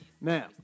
Now